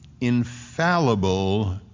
infallible